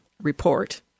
Report